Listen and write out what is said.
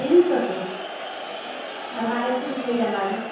तीन सए के अढ़ाइ सए रुपआ लागत